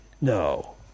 No